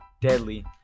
deadly